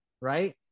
Right